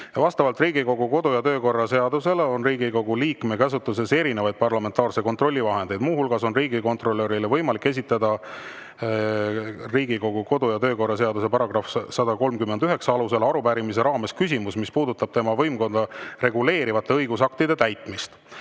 Vastavalt Riigikogu kodu- ja töökorra seadusele on Riigikogu liikme käsutuses erinevaid parlamentaarse kontrolli vahendeid. Muu hulgas on võimalik riigikontrolörile esitada Riigikogu kodu- ja töökorra seaduse § 139 alusel arupärimise raames küsimus, mis puudutab tema võimkonda reguleerivate õigusaktide täitmist